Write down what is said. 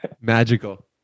magical